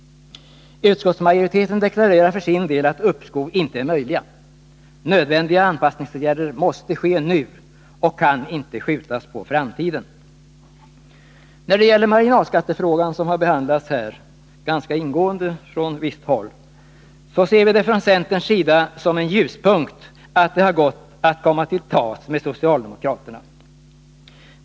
Utskottsmajoriteten deklarerar för sin del att uppskov inte är möjliga. Nödvändiga anpassningsåtgärder måste vidtas nu och kan inte skjutas på framtiden. När det gäller marginalskattefrågan som har behandlats här — ganska ingående från visst håll — ser vi det från centerns sida som en ljuspunkt att det har gått att komma till tals med socialdemokraterna.